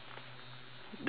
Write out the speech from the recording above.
just peek out